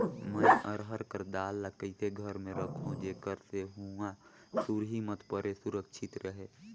मैं अरहर कर दाल ला कइसे घर मे रखों जेकर से हुंआ सुरही मत परे सुरक्षित रहे?